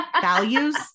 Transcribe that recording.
values